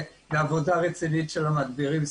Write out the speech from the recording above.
ועבודה רצינית של המדבירים,